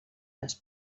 les